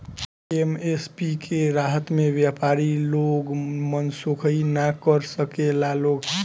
MSP के रहता में व्यपारी लोग मनसोखइ ना कर सकेला लोग